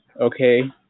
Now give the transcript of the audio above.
okay